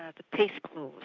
ah the peace clause.